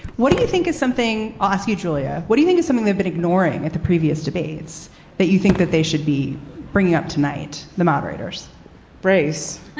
what do you think is something i ah ask you, julia? what do you think is something they've been ignoring at the previous debates that you think that they should be bringing up tonight? the moderators brace